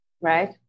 Right